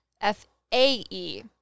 F-A-E